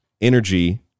energy